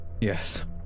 Yes